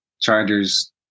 Chargers